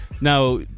now